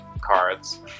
cards